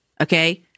Okay